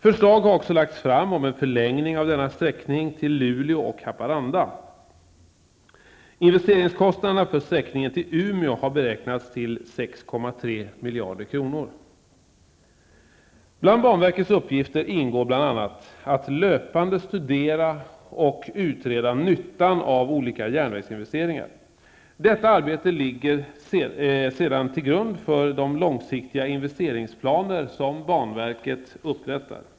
Förslag har också lagts fram om en förlängning av denna sträckning till Luleå och Bland banverkets uppgifter ingår bl.a. att löpande studera och utreda nyttan av olika järnvägsinvesteringar. Detta arbete ligger sedan till grund för de långsiktiga investerinsplaner som banverket upprättar.